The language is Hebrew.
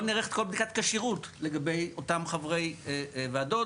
לא נערכת כל בדיקת כשרות לאותם חברי וועדות